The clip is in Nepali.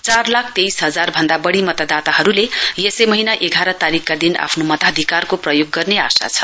चार लाख तेइस हजार भन्दा बढी मतदाताहरूले यसै महीना एघार तारीकका दिन आफ्नो मताधिकारको प्रयोग गर्ने आशा छ